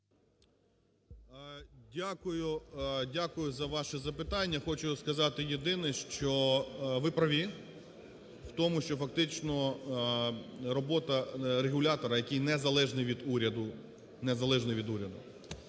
Дякую за ваше запитання. Хочу сказати єдине, що ви праві в тому, що фактично робота регулятора, який незалежний від уряду,